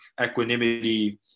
equanimity